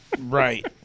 Right